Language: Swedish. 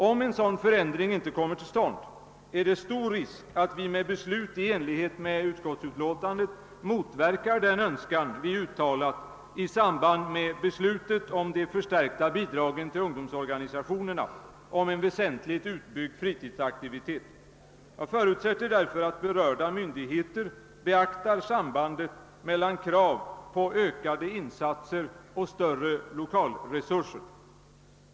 Om en sådan förändring inte kommer till stånd, är det stor risk för att vi genom beslut i enlighet med utskottets hemställan motverkar den önskan vi uttalat i samband med beslutet om de förstärkta bidragen till ungdomsorganisationerna, nämligen om en väsentligt utbyggd fritidsaktivitet. Jag förutsätter därför att berörda myndigheter beaktar sambandet mellan kraven på ökade insatser och större lokalresurser.